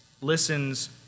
listens